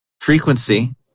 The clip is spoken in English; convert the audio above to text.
frequency